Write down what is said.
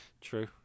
True